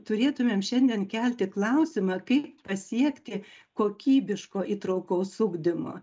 turėtumėm šiandien kelti klausimą kaip pasiekti kokybiško įtraukaus ugdymo